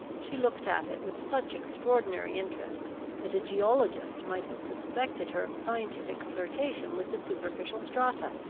she looked at it with such extraordinary interest that a geologist might have suspected her of scientific flirtation with the superficial strata.